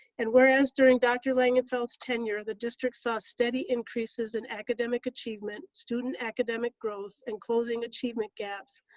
and whereas during dr. langenfeld's tenure, the district saw steady increases in academic achievement, student academic growth, and closing achievement gaps,